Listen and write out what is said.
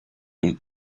und